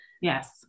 yes